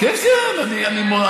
שמעת מה הוא אמר?